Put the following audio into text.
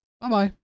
Bye-bye